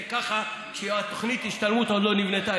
ככה כשתוכנית ההשתלמות עוד לא נבנתה?